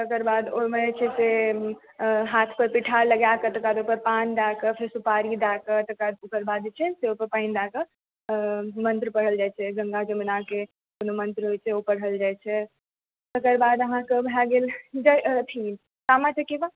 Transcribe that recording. तकर बाद ओहिमे जे छै से हाथ पर पिठार लगा कऽ तकर बाद ओहिपर पान दएकऽ तकर बाद सुपारी दए कऽ ओकर बाद जे छै ओहिपर पानि दए कऽ मन्त्र पढ़ल जाइ छै गङ्गा यमुनाकेँ कोनो मन्त्र होइ छै ओ पढ़ल जाइ छै तकर बाद अहाँकेॅं भए गेल अथी सामा चकेवा